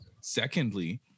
Secondly